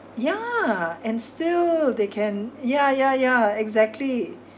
yeah and still they can yeah yeah yeah exactly